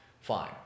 fine